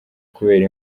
kubera